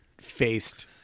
faced